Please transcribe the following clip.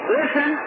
listen